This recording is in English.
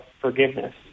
forgiveness